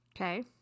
Okay